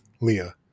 Leah